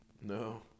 no